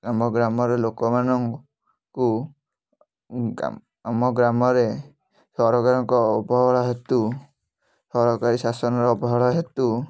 ଆମ ଗ୍ରାମରେ ଲୋକମାନଙ୍କୁ କାମ ଆମ ଗ୍ରାମରେ ସରକାରଙ୍କ ଅବହେଳା ହେତୁ ସରକାରୀ ଶାସନର ଅବହେଳା ହେତୁ